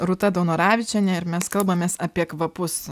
rūta daunoravičienė ir mes kalbamės apie kvapus